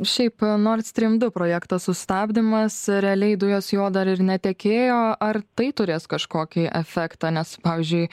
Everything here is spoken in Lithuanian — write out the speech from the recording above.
šiaip nord stream du projekto sustabdymas realiai dujos juo dar ir netekėjo ar tai turės kažkokį efektą nes pavyzdžiui